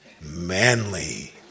manly